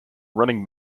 running